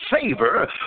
favor